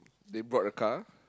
they brought a car